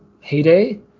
heyday